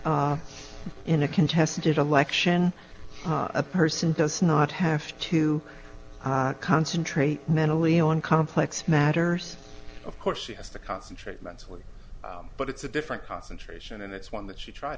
in a contested election a person does not have to concentrate mentally on complex matters of course she has to concentrate mentally but it's a different concentration and it's one that she tried